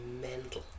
mental